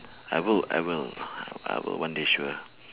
I will I will I will one day sure